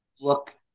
look